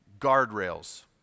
guardrails